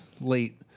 late